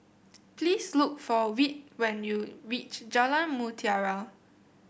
please look for Whit when you reach Jalan Mutiara